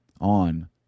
on